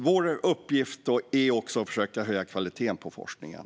Vår uppgift är också att försöka höja kvaliteten på forskningen.